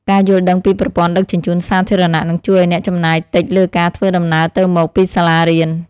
ការយល់ដឹងពីប្រព័ន្ធដឹកជញ្ជូនសាធារណៈនឹងជួយឱ្យអ្នកចំណាយតិចលើការធ្វើដំណើរទៅមកពីសាលារៀន។